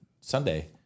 Sunday